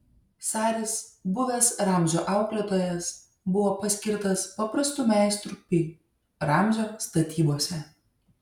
saris buvęs ramzio auklėtojas buvo paskirtas paprastu meistru pi ramzio statybose